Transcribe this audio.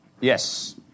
Yes